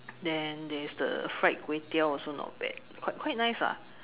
then there is the fried kway-teow also not bad quite quite nice ah